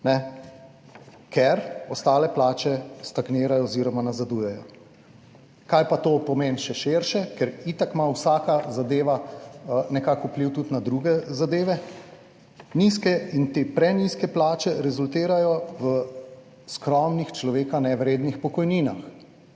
ker ostale plače stagnirajo oziroma nazadujejo. Kaj pa to pomeni še širše? Ker itak ima vsaka zadeva nekako vpliv tudi na druge zadeve. Nizke in te prenizke plače rezultirajo v skromnih človeka nevrednih pokojninah